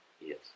Yes